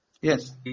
Yes